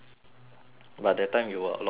but that time you were a lot skinnier lah